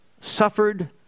suffered